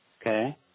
Okay